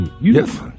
Yes